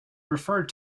referred